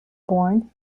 born